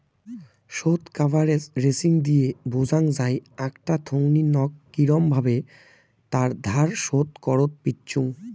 শুধ coverage ratio দিয়ে বোঝাং যাই আকটা থোঙনি নক কিরম ভাবে তার ধার শোধ করত পিচ্চুঙ